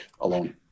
alone